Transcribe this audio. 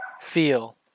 feel